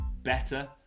better